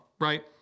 right